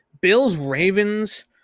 Bills-Ravens